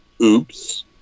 Oops